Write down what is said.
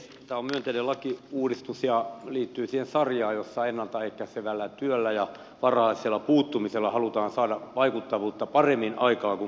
tämä on myönteinen lakiuudistus ja liittyy siihen sarjaan jossa ennalta ehkäisevällä työllä ja varhaisella puuttumisella halutaan saada vaikuttavuutta paremmin aikaan kuin korjaavilla toimenpiteillä